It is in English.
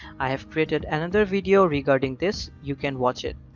i have created and another video regarding this. you can watch it.